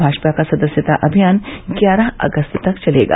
भाजपा का सदस्यता अभियान ग्यारह अगस्त तक चलेगा